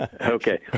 Okay